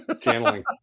Channeling